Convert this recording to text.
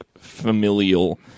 familial